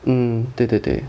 嗯对对对